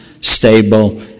stable